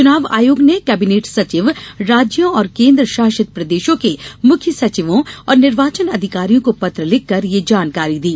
चुनाव आयोग ने केबिनेट सचिव राज्यों और केन्द्र शासित प्रदेशों के मुख्य सचिवों और निर्वाचन अधिकारियों को पत्र लिख कर यह जानकारी दी